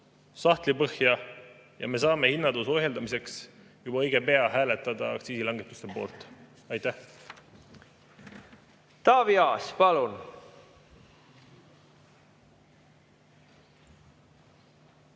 sahtlipõhja ja me saame hinnatõusu ohjeldamiseks juba õige pea hääletada aktsiisilangetuste poolt. Aitäh! Aitäh,